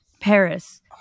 Paris